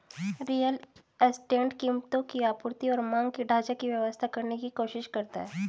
real estate कीमतों की आपूर्ति और मांग के ढाँचा की व्याख्या करने की कोशिश करता है